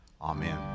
Amen